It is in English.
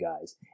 guys